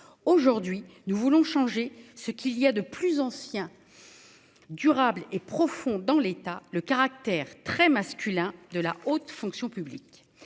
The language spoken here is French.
aujourd'hui nous voulons changer ce qu'il y a de plus anciens. Durable et profond dans l'état, le caractère très masculin de la haute fonction publique